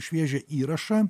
šviežią įrašą